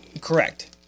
Correct